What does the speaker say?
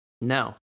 No